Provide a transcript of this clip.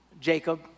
Jacob